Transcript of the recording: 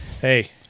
hey